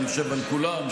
אני חושב שעל כולם,